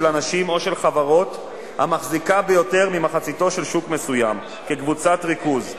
אנשים או של חברות המחזיקה ביותר ממחציתו של שוק מסוים כקבוצת ריכוז,